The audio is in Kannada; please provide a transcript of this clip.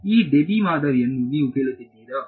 ಈ ಡೆಬಿ ಮಾದರಿಯನ್ನು ನೀವು ಕೇಳುತ್ತಿದ್ದೀರಾ